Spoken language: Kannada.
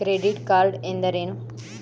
ಕ್ರೆಡಿಟ್ ಕಾರ್ಡ್ ಎಂದರೇನು?